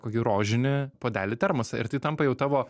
kokį rožinį puodelį termosą ir tai tampa jau tavo